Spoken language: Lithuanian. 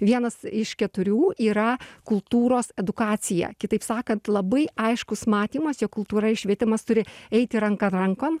vienas iš keturių yra kultūros edukacija kitaip sakant labai aiškus matymas jog kultūra ir švietimas turi eiti ranka rankon